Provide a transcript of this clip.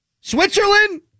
Switzerland